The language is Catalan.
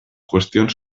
qüestions